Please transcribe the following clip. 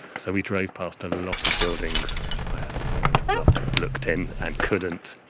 so we drove past and a lot of buildings i would have loved to have looked in and couldn't.